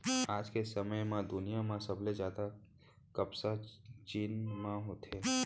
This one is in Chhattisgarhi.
आज के समे म दुनिया म सबले जादा कपसा चीन म होथे